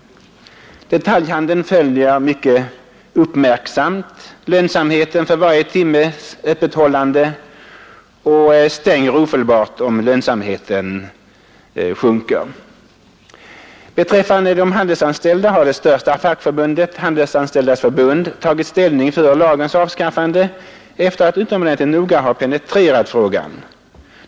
Detaljhandeln följer mycket uppmärksamt lönsamheten för varje timmes öppethållande och stänger ofelbart, om lönsamheten sjunker. Beträffande de handelsanställda har det största fackförbundet, Handelsanställdas förbund, tagit ställning för lagens avskaffande efter att utomordentligt noga ha penetrerat frågan.